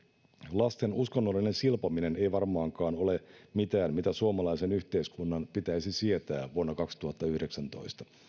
lasten uskonnollinen silpominen ei varmaankaan ole mitään mitä suomalaisen yhteiskunnan pitäisi sietää vuonna kaksituhattayhdeksäntoista